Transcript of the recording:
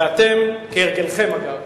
ואתם, כהרגלכם אגב,